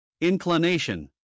Inclination